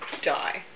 die